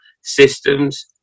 systems